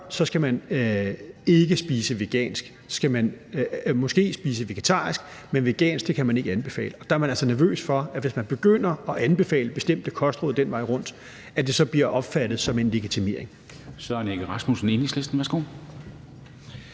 skal man ikke spise vegansk – man kan måske spise vegetarisk, men at spise vegansk kan man ikke anbefale. Der er man altså nervøs for, at det, hvis man begynder at anbefale bestemte kostråd den vej rundt, så bliver opfattet som en legitimering.